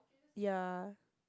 ya